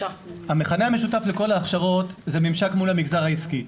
המכנה המשותף לכל ההכשרות זה ממשק מול המגזר העסקי.